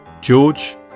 George